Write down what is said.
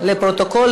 לפרוטוקול,